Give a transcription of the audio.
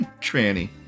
tranny